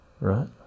right